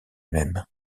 même